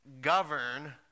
govern